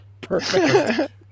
perfect